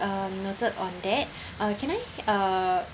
um noted on that uh can I uh